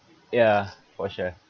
ya for sure